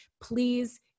please